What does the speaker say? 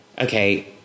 okay